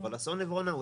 אבל אסון עברונה,